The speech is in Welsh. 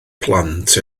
plant